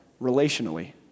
relationally